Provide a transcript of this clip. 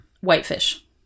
Whitefish